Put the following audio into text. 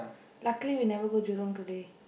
luckily we never go Jurong today